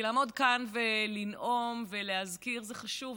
כי לעמוד כאן ולנאום ולהזכיר זה חשוב,